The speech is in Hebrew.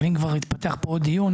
אבל אם כבר התפתח פה עוד דיון